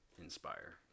inspire